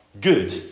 good